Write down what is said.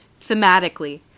thematically